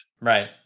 Right